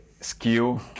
skill